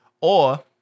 Or-